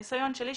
מהניסיון שלי,